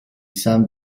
san